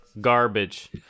Garbage